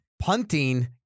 Punting